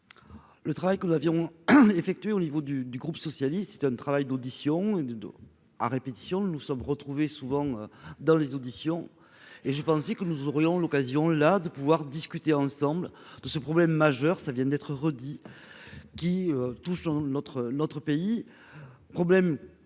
Le travail que nous avions effectué au niveau du du groupe socialiste. C'est un travail d'auditions et de dos à répétition. Nous nous sommes retrouvés souvent dans les auditions, et j'ai pensé que nous aurions l'occasion là de pouvoir discuter ensemble de ce problème majeur, ça vient d'être redit. Qui touche dans l'autre,